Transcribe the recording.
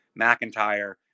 McIntyre